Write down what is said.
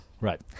Right